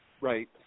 right